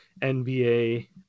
NBA